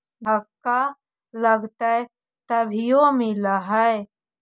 धक्का लगतय तभीयो मिल है?